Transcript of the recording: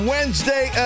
Wednesday